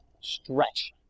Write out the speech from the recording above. stretch